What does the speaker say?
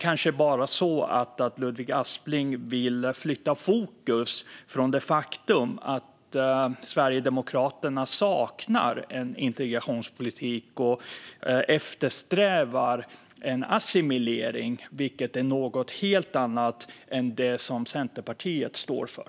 Kanske är det bara så att Ludvig Aspling vill flytta fokus från det faktum att Sverigedemokraterna saknar en integrationspolitik och eftersträvar en assimilering, vilket är något helt annat än det som Centerpartiet står för.